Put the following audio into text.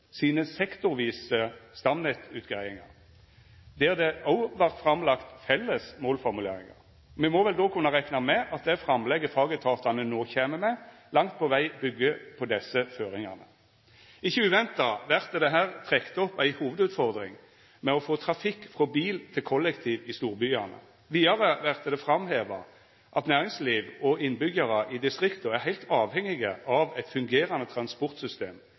sine sektorvise stamnettutgreiingar, der det òg vart lagt fram felles målformuleringar. Me må vel då kunna rekna med at det framlegget fagetatane no kjem med, langt på veg byggjer på desse føringane. Ikkje uventa vert det her trekt opp ei hovudutfordring med å få trafikk frå bil til kollektiv i storbyane. Vidare vert det framheva at næringsliv og innbyggjarar i distrikta er heilt avhengige av eit fungerande transportsystem